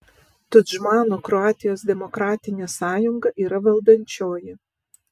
tudžmano kroatijos demokratinė sąjunga yra valdančioji